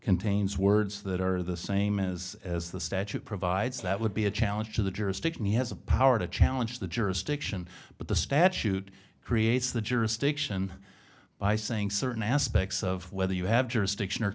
contains words that are the same as as the statute provides that would be a challenge to the jurisdiction he has the power to challenge the jurisdiction but the statute creates the jurisdiction by saying certain aspects of whether you have jurisdiction or